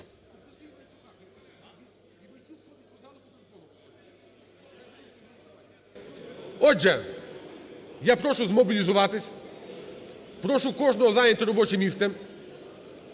Отже, я прошу змобілізуватись, прошу кожного зайняти робоче місце.